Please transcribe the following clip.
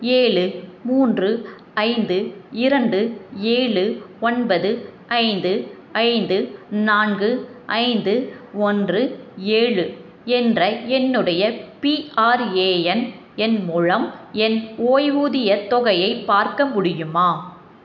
ஏழு மூன்று ஐந்து இரண்டு ஏழு ஒன்பது ஐந்து ஐந்து நான்கு ஐந்து ஒன்று ஏழு என்ற என்னுடைய பிஆர்ஏஎன் எண் மூலம் என் ஓய்வூதியத் தொகையை பார்க்க முடியுமா